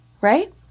Right